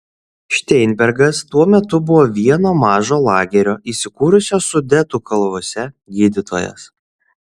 šteinbergas tuo metu buvo vieno mažo lagerio įsikūrusio sudetų kalvose gydytojas